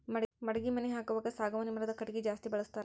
ಮಡಗಿ ಮನಿ ಹಾಕುವಾಗ ಸಾಗವಾನಿ ಮರದ ಕಟಗಿ ಜಾಸ್ತಿ ಬಳಸ್ತಾರ